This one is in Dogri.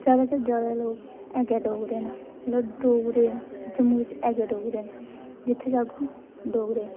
जैदा तां जैदा लोग ऐ गै डोगरे न डोगरे जम्मू च है गै डोगरे न जित्थै जाह्गे ओ डोगरे